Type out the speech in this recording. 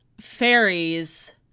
fairies